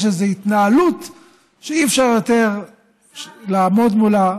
יש איזו התנהלות שאי-אפשר יותר לעמוד מולה.